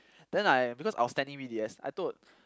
then I because I was standing with B_S I told